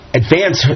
advance